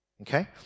Okay